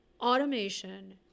Automation